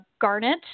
garnet